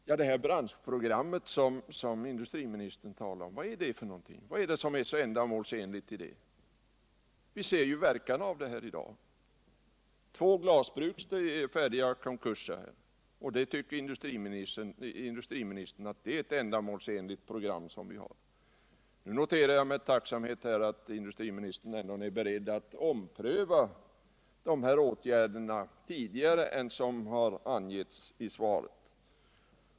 Vad är det vidare som är så ändamålsenligt i det branschprogram som industriministern talar om? Vi ser ju verkan av det här i dag. Två glasbruk är färdiga att gå i konkurs, och ändå tycker industriministern att det är ett ändamålsenligt branschprogram som vi har. Nu noterar jag med tacksamhet att industriministern ändå är beredd att ompröva insatserna på detta område tidigare än vad som har angivits i svaret.